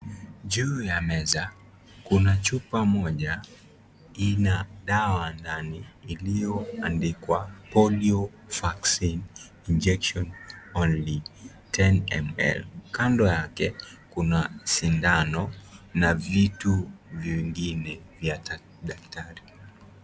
Juu ya meza, kuna chupa moja, ina dawa ndani. Iliyoandikwa, polio vaccine injection only,10ml .Kando yake kuna sindano na vitu vingine vya daktari.